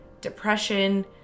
depression